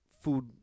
food